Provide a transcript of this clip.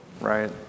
right